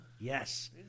Yes